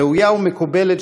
ראויה ומקובלת,